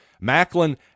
Macklin